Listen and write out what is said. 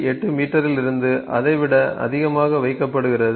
8 மீட்டரிலிருந்து அதைவிட அதிகமாக வைக்கப்படுகிறது